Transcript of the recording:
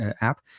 app